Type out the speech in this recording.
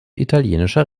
italienischer